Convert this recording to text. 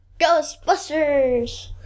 Ghostbusters